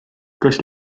kas